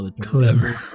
clever